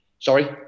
Sorry